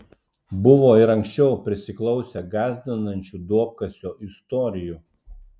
buvo ir anksčiau prisiklausę gąsdinančių duobkasio istorijų